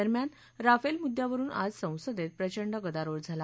दरम्यान राफेल मुद्यावरून आज संसदेत प्रचंड गदारोळ झाला